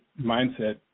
mindset